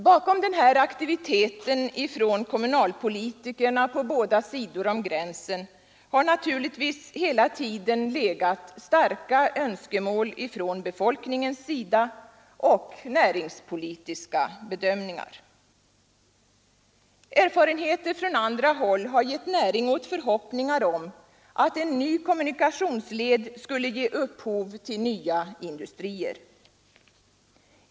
Bakom den här aktiviteten från kommunalpolitikerna på båda sidor om gränsen har naturligtvis hela tiden legat starka önskemål från befolkningens sida och näringspolitiska bedömningar. Erfarenheter från andra håll har gett näring åt förhoppningar om att en ny kommunikationsled skulle ge upphov till nya industrier.